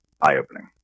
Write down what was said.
eye-opening